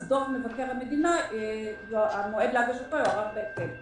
אז המועד להגשת דוח מבקר המדינה יוארך בהתאם.